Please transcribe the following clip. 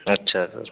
अच्छा सर